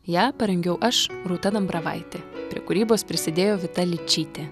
ją parengiau aš rūta dambravaitė prie kūrybos prisidėjo vita ličytė